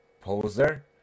Poser